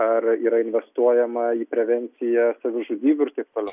ar yra investuojama į prevenciją savižudybių ir taip toliau